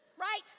Right